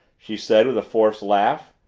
she said with a forced laugh.